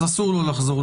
אז אסור לו לחזור,